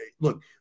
look